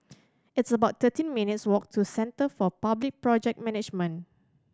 it's about thirteen minutes' walk to Centre for Public Project Management